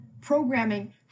programming